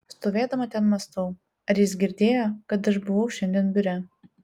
stovėdama ten mąstau ar jis girdėjo kad aš buvau šiandien biure